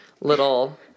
little